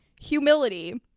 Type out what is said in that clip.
Humility